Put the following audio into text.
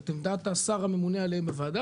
את עמדת השר הממונה עליהם בוועדה,